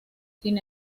sin